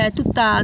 tutta